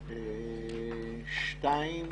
שנית,